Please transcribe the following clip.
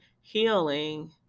healing